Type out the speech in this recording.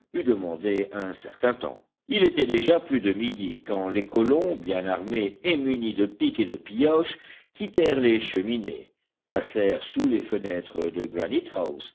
demandé un certain temps il était déjà plus de midi quand les colons bien armés et munis de pics et de pioches quittèrent les cheminées passèrent sous les fenêtres de